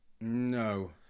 No